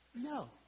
No